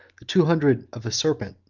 the two hundred of a serpent,